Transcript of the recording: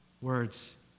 words